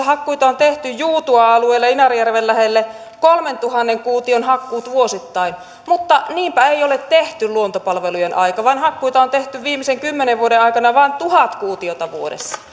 hakkuita on tehty juutuan alueelle inarinjärven lähelle kolmentuhannen kuution hakkuut vuosittain mutta niinpä ei ole tehty luontopalvelujen aikaan vaan hakkuita on tehty viimeisen kymmenen vuoden aikana vain tuhat kuutiota vuodessa